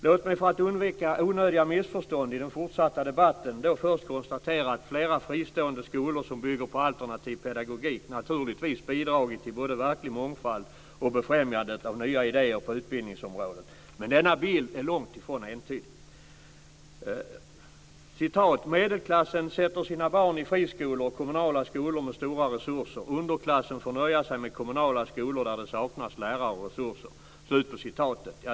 Låt mig för att undvika onödiga missförstånd i den fortsatta debatten först konstatera att flera fristående skolor som bygger på alternativ pedagogik naturligtvis bidragit till både verklig mångfald och befrämjandet av nya idéer på utbildningsområdet. Men denna bild är långt ifrån entydig. "Medelklassen sätter sina barn i friskolor, och kommunala skolor med stora resurser. Underklassen får nöja sig med kommunala skolor där det saknas lärare och resurser."